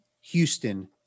Houston